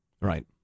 Right